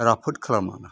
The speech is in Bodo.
राफोद खालाम मोना